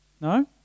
No